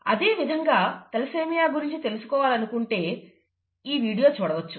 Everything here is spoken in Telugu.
అదేవిధంగా తలసేమియా గురించి తెలుసుకోవాలనుకుంటే ఈ వీడియో చూడవచ్చు